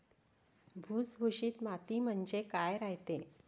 भुसभुशीत माती म्हणजे काय रायते?